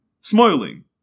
smiling